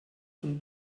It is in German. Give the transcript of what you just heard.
von